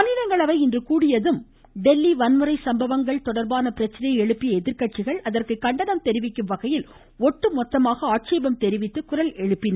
மாநிலங்களவை இன்று கூடியதும் தில்லி வன்முறை சம்பவங்கள் பிரச்சனையை எழுப்பிய எதிர்கட்சிகள் அதற்கு கண்டனம் தெரிவிக்கும்வகையில் ஒட்டுமொத்தமாக ஆட்சேபம் தெரிவித்து குரல் எழுப்பின